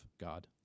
God